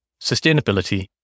sustainability